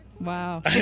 wow